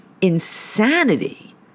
insanity